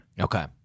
okay